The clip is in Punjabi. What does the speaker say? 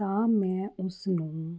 ਤਾਂ ਮੈਂ ਉਸਨੂੰ